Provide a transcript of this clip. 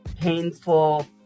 painful